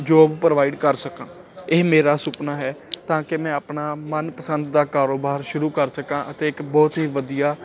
job provide ਕਰ ਸਕਾਂ ਇਹ ਮੇਰਾ ਸੁਪਨਾ ਹੈ ਤਾਂ ਕਿ ਮੈਂ ਆਪਣਾ ਮਨਪਸੰਦ ਦਾ ਕਾਰੋਬਾਰ ਸ਼ੁਰੂ ਕਰ ਸਕਾਂ ਅਤੇ ਇੱਕ ਬਹੁਤ ਹੀ ਵਧੀਆ